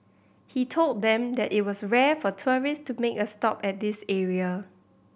he told them that it was rare for tourist to make a stop at this area